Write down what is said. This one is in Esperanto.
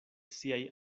siaj